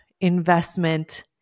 investment